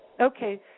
Okay